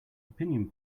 opinion